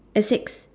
it six